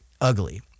ugly